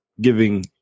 giving